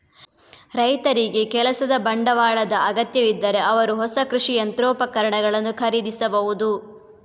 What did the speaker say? ರೈತರಿಗೆ ಕೆಲಸದ ಬಂಡವಾಳದ ಅಗತ್ಯವಿದ್ದರೆ ಅವರು ಹೊಸ ಕೃಷಿ ಯಂತ್ರೋಪಕರಣಗಳನ್ನು ಖರೀದಿಸಬಹುದು